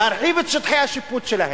להרחיב את שטחי השיפוט שלהם.